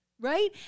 right